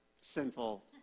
sinful